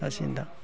जासिगोन दा